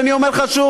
אני אומר שוב,